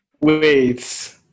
Wait